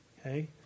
okay